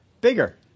bigger